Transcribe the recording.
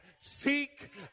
seek